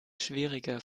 schwieriger